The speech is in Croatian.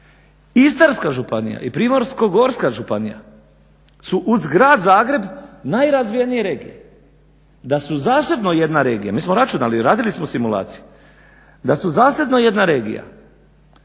Istarska županija i Primorsko-gorska županija su uz Grad Zagreb najrazvijenije regije. Da su zasebno jedna regija, mi smo računali, radili smo simulaciju, da su zasebno jedna regija